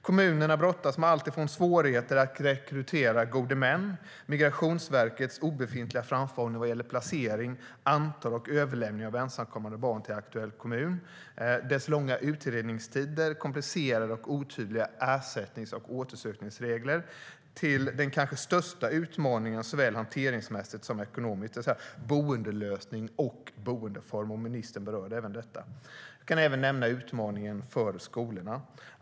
Kommunerna brottas med alltifrån svårigheter att rekrytera gode män, Migrationsverkets obefintliga framförhållning vad gäller placering, antal och överlämning av ensamkommande barn till aktuell kommun, dess långa utredningstider, komplicerade och otydliga ersättnings och återsökningsregler till den kanske största utmaningen såväl hanteringsmässigt som ekonomiskt, det vill säga boendelösning och boendeform, som ministern även berörde. Jag kan även nämna utmaningen för skolorna.